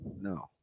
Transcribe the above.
no